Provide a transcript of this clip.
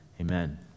Amen